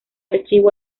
archivo